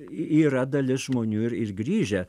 yra dalis žmonių ir grįžę